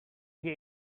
game